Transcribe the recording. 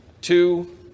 two